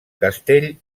castell